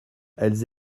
elles